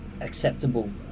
acceptable